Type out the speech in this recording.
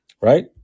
Right